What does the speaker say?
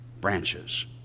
branches